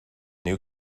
new